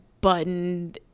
button